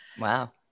Wow